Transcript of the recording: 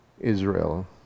Israel